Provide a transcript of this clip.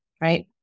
right